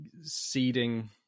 seeding